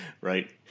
right